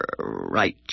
right